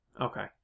Okay